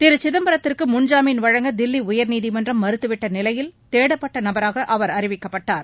திருசிதம்பரத்திற்கு முன்ஜாமீன் வழங்க தில்லி உயர்நீதிமன்றம் மறுத்துவிட்ட நிலையில் தேடப்பட்ட நபராக அவர் அறிவிக்கப்பட்டார்